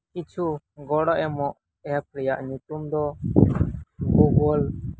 ᱠᱤᱪᱷᱩ ᱜᱚᱲᱚ ᱮᱢᱚᱜ ᱮᱯ ᱨᱮᱭᱟᱜ ᱧᱩᱛᱩᱢ ᱫᱚ ᱜᱩᱜᱳᱞ